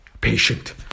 patient